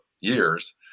years